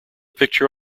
picture